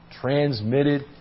transmitted